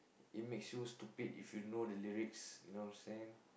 it makes you stupid if you know the lyrics you know what I'm saying